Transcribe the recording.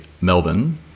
Melbourne